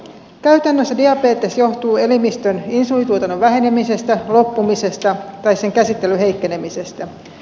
käytännössä diabetes johtuu elimistön insuliinituotannon vähenemisestä loppumisesta tai sen käsittelyn heikkenemisestä